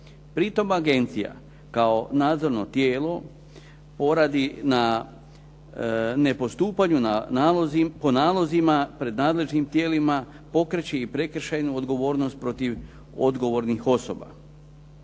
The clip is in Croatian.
Pri tome agencija kao nadzorno tijelo poradi na nepostupanju po nalozima pred nadležnim tijelima pokreće i prekršajnu odgovornost protiv odgovornih osoba.